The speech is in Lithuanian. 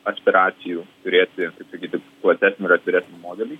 aspiracijų turėti kaip sakyti platesnį atviresnį modelį